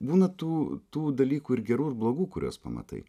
būna tų tų dalykų ir gerų ir blogų kuriuos pamatai